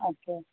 okay